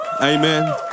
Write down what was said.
Amen